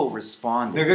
responding